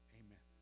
amen